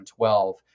2012